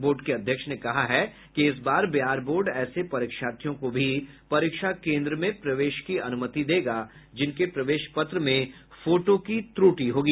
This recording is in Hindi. बोर्ड के अध्यक्ष ने कहा कि इस बार बिहार बोर्ड ऐसे परीक्षार्थियों को भी परीक्षा केंद्र में प्रवेश की अनुमति देगा जिनके प्रवेश पत्र में फोटो की त्रुटि होगी